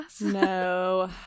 No